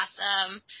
Awesome